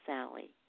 Sally